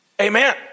Amen